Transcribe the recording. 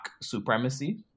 supremacy